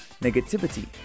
negativity